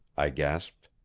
i gasped.